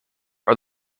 are